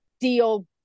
deal